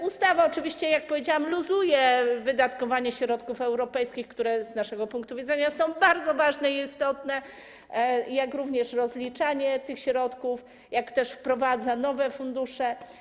Ustawa oczywiście, jak powiedziałam, luzuje wydatkowanie środków europejskich, co z naszego punktu widzenia jest bardzo ważne i istotne, jak również rozliczanie tych środków oraz wprowadza nowe fundusze.